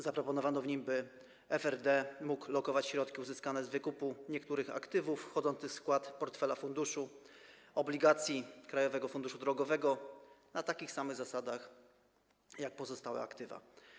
Zaproponowano w nim, by FRD mógł lokować środki uzyskane z wykupu niektórych aktywów wchodzących w skład portfela funduszu obligacji Krajowego Funduszu Drogowego na takich samych zasadach jak pozostałe aktywa.